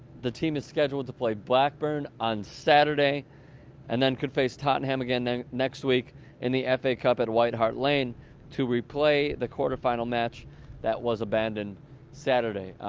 the team is scheduled to play blackburn on saturday and then could face time and him again and next week in the f a a capital white heartland to replay the quarter final match that was abandoned saturday